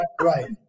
right